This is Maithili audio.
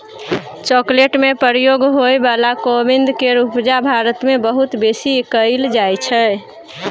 चॉकलेट में प्रयोग होइ बला कोविंद केर उपजा भारत मे बहुत बेसी कएल जाइ छै